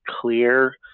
clear